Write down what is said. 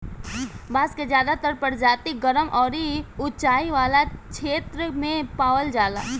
बांस के ज्यादातर प्रजाति गरम अउरी उचाई वाला क्षेत्र में पावल जाला